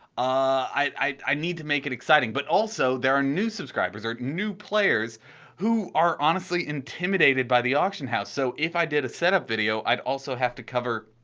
i need to make it exciting, but also there are new subscribers and new players who are honestly intimidated by the auction house. so, if i did a setup video, i'd also have to cover,